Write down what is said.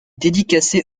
dédicacée